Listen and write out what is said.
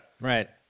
Right